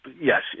yes